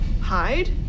hide